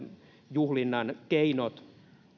juhlinnan keinot